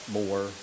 more